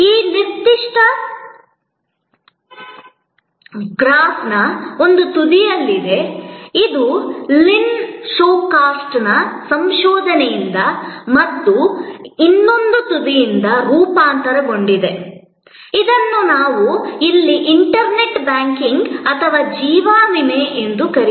ಈ ನಿರ್ದಿಷ್ಟ ಗ್ರಾಫ್ನ ಒಂದು ತುದಿಯಲ್ಲಿದೆ ಇದು ಲಿನ್ ಶೋಸ್ಟಾಕ್ನ ಸಂಶೋಧನೆಯಿಂದ ಮತ್ತು ಇನ್ನೊಂದು ತುದಿಯಿಂದ ರೂಪಾಂತರಗೊಂಡಿದೆ ಇದನ್ನು ನಾವು ಇಲ್ಲಿ ಇಂಟರ್ನೆಟ್ ಬ್ಯಾಂಕಿಂಗ್ ಅಥವಾ ಜೀವ ವಿಮೆ ಎಂದು ಕರೆಯುತ್ತೇವೆ